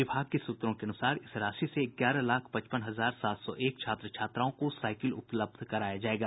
विभाग के सूत्रों के अनुसार इस राशि से ग्यारह लाख पचपन हजार सात सौ एक छात्र छात्राओं को साईकिल उपलब्ध कराया जायेगा